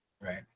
right